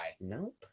Nope